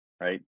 right